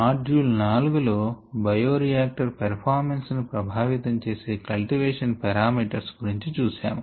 module 4 లో bioreactor performance ను ప్రభావితం చేసే కల్టివేషన్ పారామీటర్స్ గురించి చూశాము